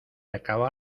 acaba